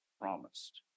promised